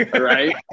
right